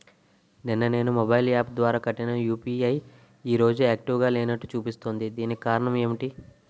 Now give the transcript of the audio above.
నిన్న నేను mobile app ద్వారా కట్టిన యు.పి.ఐ ఈ రోజు యాక్టివ్ గా లేనట్టు చూపిస్తుంది దీనికి కారణం ఏమిటి?